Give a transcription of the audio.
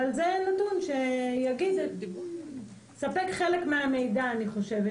אבל זה נתון שיספק חלק מהמידע שמתבקש.